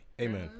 Amen